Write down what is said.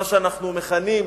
מה שאנחנו מכנים,